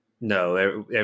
No